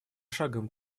шагом